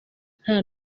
nta